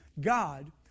god